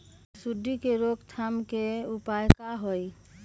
सूंडी के रोक थाम के उपाय का होई?